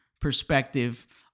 perspective